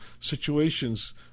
situations